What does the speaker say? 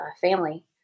family